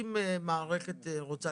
אם מערכת רוצה